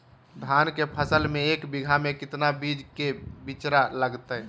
धान के फसल में एक बीघा में कितना बीज के बिचड़ा लगतय?